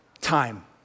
Time